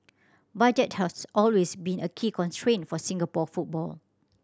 budget has always been a key constraint for Singapore football